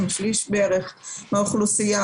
שליש מהאוכלוסייה,